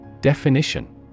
Definition